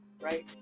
right